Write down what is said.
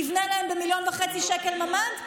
יבנה להם ב-1.5 מיליון שקל ממ"ד?